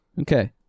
Okay